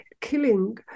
killing